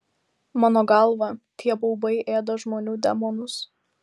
mano galva tie baubai ėda žmonių demonus